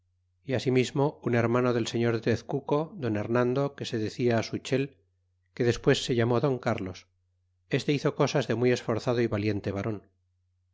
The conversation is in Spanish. y asimismo un hermano del señor de tezcuco don hernando que se decia suchel que despues se llamó don carlos este hizo cosas de muy esforzado y valiente varon